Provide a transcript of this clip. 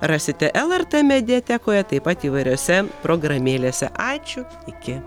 rasite lrt mediatekoje taip pat įvairiose programėlėse ačiū iki